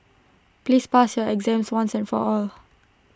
please pass your exam once and for all